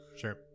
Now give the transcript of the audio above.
Sure